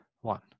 one